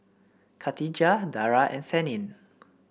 Katijah Dara and Senin